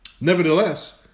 Nevertheless